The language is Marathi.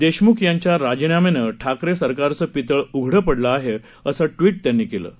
देशम्ख यांच्या राजीनाम्यानं ठाकरे सरकारचं पितळ उघडं पडलं असं ट्विट त्यांनी केलं आहे